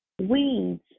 weeds